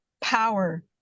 power